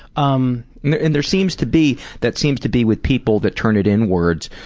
um and there seems to be that seems to be with people that turn it inwards,